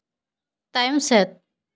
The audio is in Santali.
ᱛᱟᱭᱚᱢ ᱥᱮᱫ